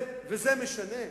וזה משנה?